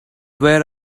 where